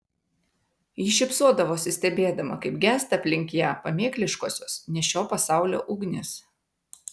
ji šypsodavosi stebėdama kaip gęsta aplink ją pamėkliškosios ne šio pasaulio ugnys